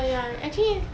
ya ya actually